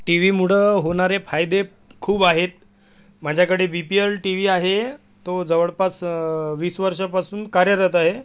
टीव्हीमुळं होणारे फायदे खूप आहेत माझ्याकडं B P L T V आहे तो जवळपास वीस वर्षांपासून कार्यरत आहे